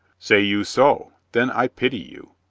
say you so? then i pity you.